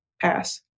pass